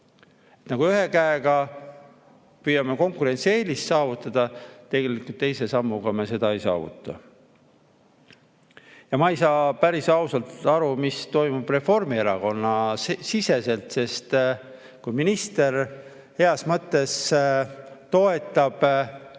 Ühe käega püüame nagu konkurentsieelist saavutada, aga tegelikult teise sammuga me seda ei saavuta. Ja ma ei saa päris ausalt aru, mis toimub Reformierakonna‑siseselt, sest kui minister heas mõttes toetab